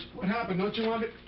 what happened? don't you want.